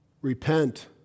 Repent